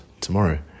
tomorrow